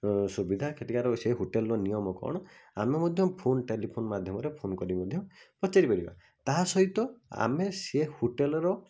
ର ସୁବିଧା ସେଇଠିକାର ସେ ହୋଟେଲ୍ର ନିୟମ କ'ଣ ଆମେ ମଧ୍ୟ ଫୋନ୍ ଟେଲିଫୋନ୍ ମାଧ୍ୟମରେ ଫୋନ୍ କରି ମଧ୍ୟ ପଚାରିପାରିବା ତା'ସହିତ ଆମେ ସେ ହୋଟେଲ୍ର